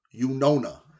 Unona